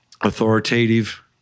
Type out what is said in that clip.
authoritative